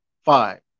five